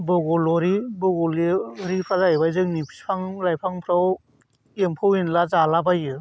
बग'लरि बग'लरिफ्रा जाहैबाय जोंनि बिफां लाइफांफ्राव एम्फौ एनला जालाबायो